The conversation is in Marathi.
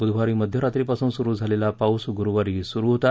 बुधवारी मध्यरात्रीनंतर सुरू झालेला पाऊस गुरूवारीही सुरू होता